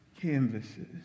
canvases